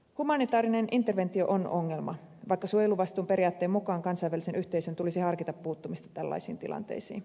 humanitaarinen interventio on ongelma vaikka suojeluvastuun periaatteen mukaan kansainvälisen yhteisön tulisi harkita puuttumista tällaisiin tilanteisiin